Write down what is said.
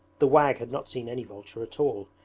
the wag had not seen any vulture at all,